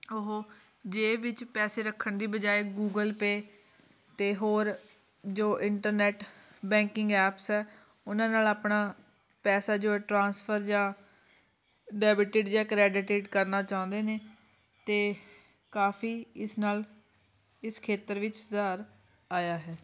ਉਹ ਜੇਬ ਵਿੱਚ ਪੈਸੇ ਰੱਖਣ ਦੀ ਬਜਾਏ ਗੂਗਲ ਪੇ ਅਤੇ ਹੋਰ ਜੋ ਇੰਟਰਨੈਟ ਬੈਂਕਿੰਗ ਐਪਸ ਹੈ ਉਹਨਾਂ ਨਾਲ ਆਪਣਾ ਪੈਸਾ ਜੋ ਟਰਾਂਸਫਰ ਜਾਂ ਡੈਬਿਟਡ ਜਾਂ ਕ੍ਰੈਡਿਟਡ ਕਰਨਾ ਚਾਹੁੰਦੇ ਨੇ ਅਤੇ ਕਾਫੀ ਇਸ ਨਾਲ ਇਸ ਖੇਤਰ ਵਿੱਚ ਸੁਧਾਰ ਆਇਆ ਹੈ